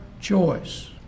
choice